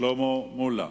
שלמה מולה.